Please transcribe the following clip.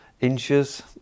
Inches